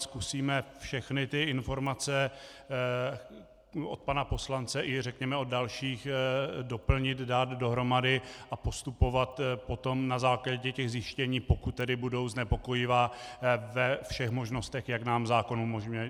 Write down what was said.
Zkusíme všechny ty informace od pana poslance a řekněme i od dalších doplnit, dát dohromady a postupovat potom na základě těch zjištění, pokud budou znepokojivá, ve všech možnostech, jak nám zákon umožňuje.